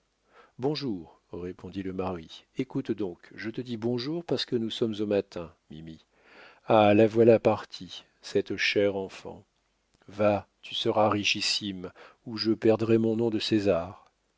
bonjour répondit le mari écoute donc je te dis bonjour parce que nous sommes au matin mimi ah la voilà partie cette chère enfant va tu seras richissime ou je perdrai mon nom de césar